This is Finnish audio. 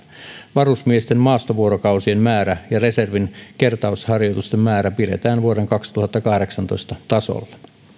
varusmiesten maastovuorokausien määrä ja reservin kertausharjoitusten määrä pidetään vuoden kaksituhattakahdeksantoista tasolla